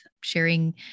sharing